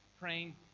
praying